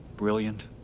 brilliant